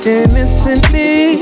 innocently